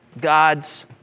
God's